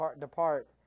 depart